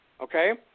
okay